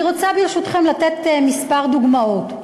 אני רוצה, ברשותכם, לתת כמה דוגמאות.